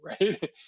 right